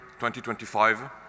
2025